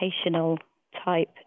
educational-type